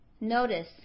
Notice